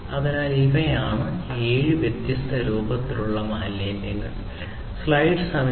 അതിനാൽ ഇവയാണ് ഏഴ് വ്യത്യസ്ത രൂപത്തിലുള്ള മാലിന്യങ്ങൾ